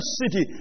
city